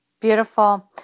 Beautiful